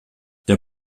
der